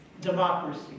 Democracy